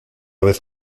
vez